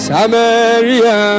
Samaria